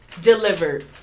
delivered